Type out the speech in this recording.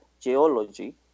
geology